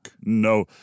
No